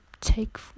take